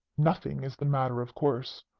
nothing is the matter, of course!